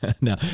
No